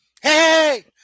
Hey